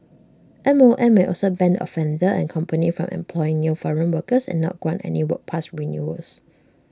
M O M may also ban offender and company from employing new foreign workers and not grant any work pass renewals